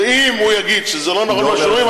ואם הוא יגיד שזה לא נכון מה שאומרים,